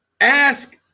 ask